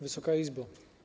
Wysoka Izbo!